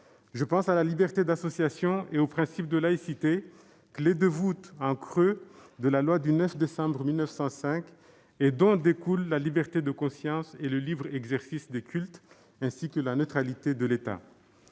Je pense à la liberté d'association et au principe de laïcité, clé de voûte, en creux, de la loi du 9 décembre 1905 et dont découlent la liberté de conscience et le libre exercice des cultes ainsi que la neutralité de l'État.